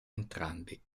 entrambi